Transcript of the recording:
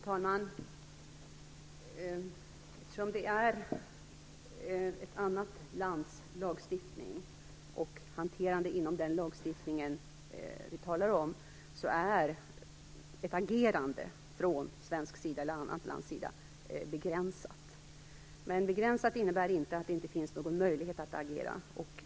Fru talman! Eftersom det är ett annat lands lagstiftning och hanterande inom lagstiftningen vi talar om är möjligheten till agerande från svensk sida eller ett annat lands sida begränsad. Det innebär dock inte att det inte finns någon möjlighet att agera.